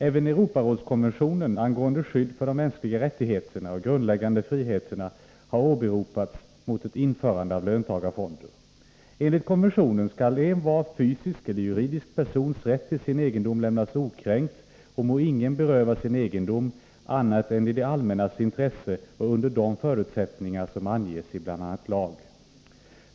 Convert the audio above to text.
Även Europarådskonventionen angående skydd för de mänskliga rättigheterna och de grundläggande friheterna har åberopats mot ett införande av löntagarfonder; enligt konventionen skall envar fysisk eller juridisk persons rätt till sin egendom lämnas okränkt och må ingen berövas sin egendom annat än i det allmännas intresse och under de förutsättningar som anges i bl.a. lag.